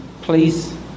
please